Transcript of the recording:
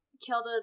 killed